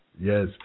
yes